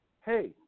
hey